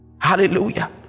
Hallelujah